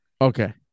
Okay